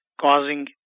causing